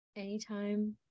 Anytime